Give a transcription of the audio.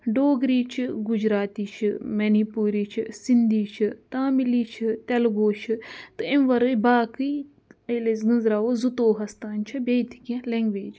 ڈوگری چھِ گُجراتی چھِ منی پوٗری چھِ سِندی چھِ تامِلی چھِ تیٚلگوٗ چھِ تہٕ امہِ وَرٲے باقٕے ییٚلہِ أسۍ گٔنٛزراوو زٕتووُہَس تانۍ چھِ بیٚیہِ تہِ کینٛہہ لینٛگویج